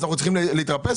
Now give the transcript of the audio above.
אנחנו צריכים להתרפס?